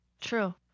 true